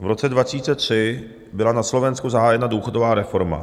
V roce 2003 byla na Slovensku zahájena důchodová reforma.